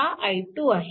हा i2 आहे